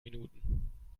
minuten